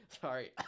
sorry